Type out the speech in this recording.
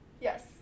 Yes